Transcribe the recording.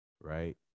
right